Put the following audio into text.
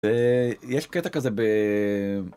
יש קטע כזה ב.